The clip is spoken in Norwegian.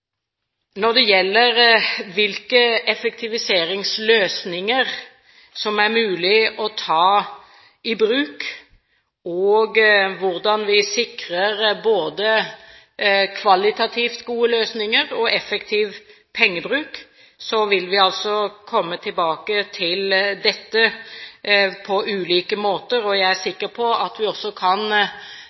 Når det gjelder hvilke effektiviseringsløsninger som det er mulig å ta i bruk, og hvordan vi sikrer både kvalitativt gode løsninger og effektiv pengebruk, vil vi altså komme tilbake til dette på ulike måter. Jeg er sikker på at vi også kan ta en diskusjon om utvalgte områder i resultatreformmeldingen som kan